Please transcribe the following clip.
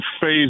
phase